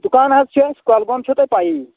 دُکان حظ چھِ اَسہِ کۄلگوم چھُو تۄہہِ پَییی